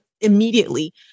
immediately